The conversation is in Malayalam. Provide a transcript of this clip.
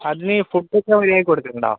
അതിന് ഫുഡൊക്കെ മര്യാദയ്ക്ക് കൊടുക്കലുണ്ടോ